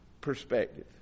perspective